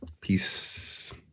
Peace